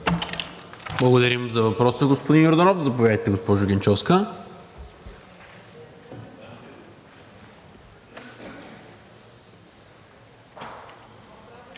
Благодарим за въпроса, господин Йорданов. Заповядайте, госпожо Генчовска.